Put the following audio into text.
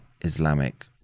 Islamic